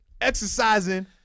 exercising